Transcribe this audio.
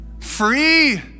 Free